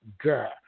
girl